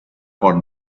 for